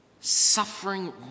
suffering